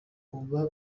uba